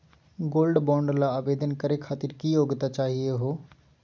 Gold bond ल आवेदन करे खातीर की योग्यता चाहियो हो?